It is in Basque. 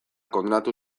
kondenatu